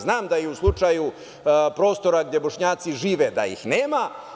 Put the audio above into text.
Znam da u slučaju prostora gde Bošnjaci žive da ih nema.